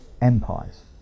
empires